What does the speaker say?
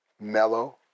mellow